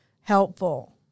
helpful